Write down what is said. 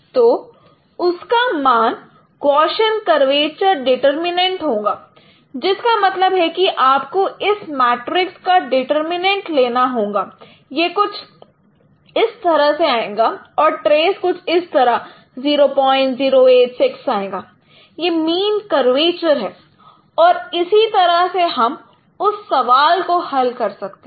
तो उसका मान गौशियन कर्वेचर डिटर्मिननेंट होगा जिसका मतलब है कि आपको इस मैट्रिक्स का डिटरमिनेट लेना होगा यह कुछ इस तरह से आएगा और ट्रेस कुछ इस तरह 0086 आएगा यह मीन कर्वेचर है और इसी तरह से हम उस सवाल को हल कर सकते हैं